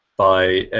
by.